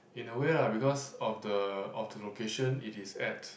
in a way lah because of the of the location it is at